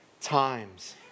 times